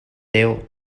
déu